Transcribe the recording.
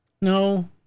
No